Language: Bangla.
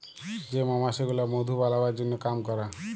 যে মমাছি গুলা মধু বালাবার জনহ কাম ক্যরে